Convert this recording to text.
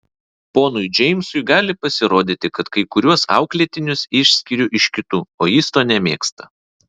ponui džeimsui gali pasirodyti kad kai kuriuos auklėtinius išskiriu iš kitų o jis to nemėgsta